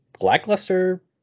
lackluster